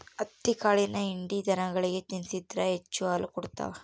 ಹತ್ತಿಕಾಳಿನ ಹಿಂಡಿ ದನಗಳಿಗೆ ತಿನ್ನಿಸಿದ್ರ ಹೆಚ್ಚು ಹಾಲು ಕೊಡ್ತಾವ